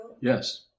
Yes